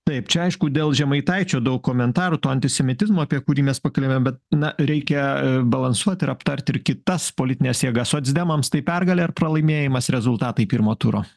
taip čia aišku dėl žemaitaičio daug komentarų to antisemitizmo apie kurį mes pakalbėjom bet na reikia balansuot ir aptart ir kitas politines jėgas socdemams tai pergalė ar pralaimėjimas rezultatai pirmo turo